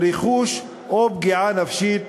ברכוש או פגיעה נפשית,